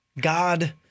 God